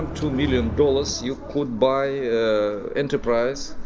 two million dollars you could buy an enterprise.